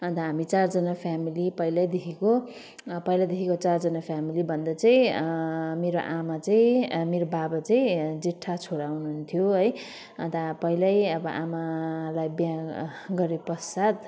अन्त हामी चारजना फ्यामिली पहिल्यैदेखिको पहिल्यैदेखिको चारजना फ्यामिली भन्दा चाहिँ मेरो आमा चाहिँ मेरो बाबा चाहिँ जेठा छोरा हुनुहुन्थ्यो है अन्त पहिल्यै अब आमालाई बिहे गरेपश्चात